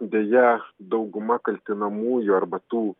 deja dauguma kaltinamųjų arba tų